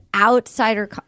outsider